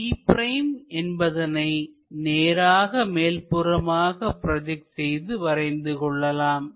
b' என்பதனை நேராக மேல்புறமாக ப்ரோஜெக்ட் செய்து வரைந்து கொள்ளலாம்